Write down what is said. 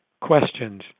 questions